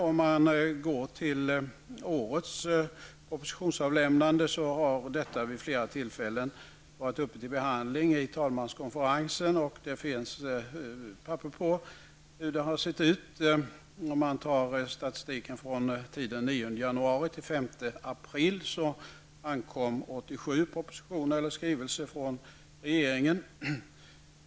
Om man ser till årets propositionsavlämnande, har detta vid flera tillfällen varit uppe till behandling i talmanskonferensen, och det finns papper på hur det har sett ut. Statistiken från tiden 9 januari--5 april visar att det ankom 87 propositioner eller skrivelser från regeringen.